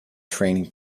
training